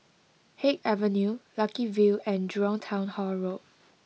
Haig Avenue Lucky View and Jurong Town Hall Road